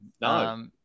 No